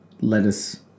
lettuce